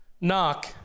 Knock